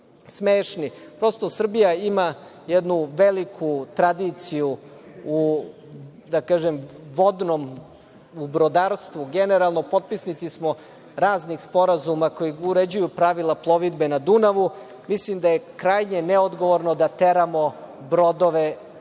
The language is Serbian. Prosto Srbija ima jednu veliku tradiciju u brodarstvu generalno, potpisnici smo raznih sporazuma koji uređuju pravila plovidbe na Dunavu. Mislim da je krajnje neodgovorno da teramo brodove, odnosno